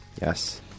yes